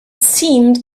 seemed